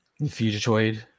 fugitoid